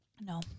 No